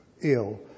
ill